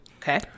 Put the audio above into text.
okay